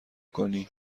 کنی